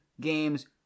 games